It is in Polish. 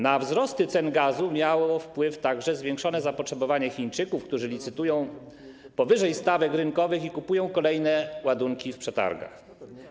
Na wzrosty cen gazu miało wpływ także zwiększone zapotrzebowanie Chińczyków, którzy licytują powyżej stawek rynkowych i kupują kolejne ładunki w przetargach.